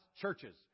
churches